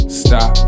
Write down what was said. stop